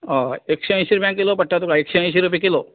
हय एकशें अयशीं रुपयांक किलो पडटले तुका एकशें अयशीं रुपया किलो